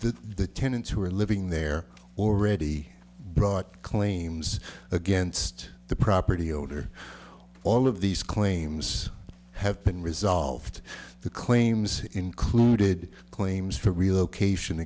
the tenants who are living there already brought claims against the property owner all of these claims have been resolved the claims included claims for relocation